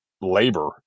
labor